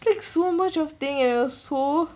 take so much of thing and it was so